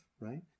right